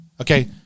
okay